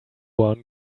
one